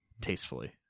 tastefully